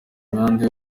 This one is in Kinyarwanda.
imihanda